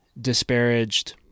disparaged